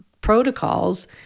protocols